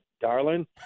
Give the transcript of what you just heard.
darling